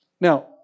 Now